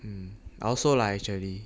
I'm also lah actually